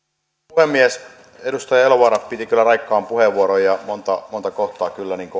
puhemies edustaja elovaara piti kyllä raikkaan puheenvuoron ja monta kohtaa